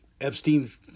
Epstein's